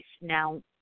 Now